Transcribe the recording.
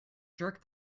jerk